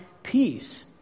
peace